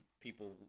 people